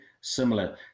similar